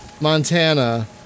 Montana